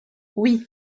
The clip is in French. oui